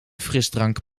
frisdrank